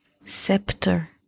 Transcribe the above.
Scepter